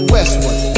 Westward